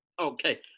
Okay